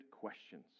questions